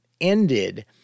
ended